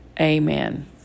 Amen